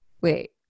Wait